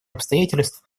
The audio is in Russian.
обязательств